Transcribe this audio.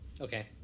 okay